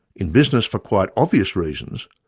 in business for quite obvious reasons,